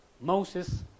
Moses